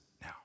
now